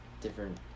different